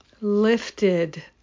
lifted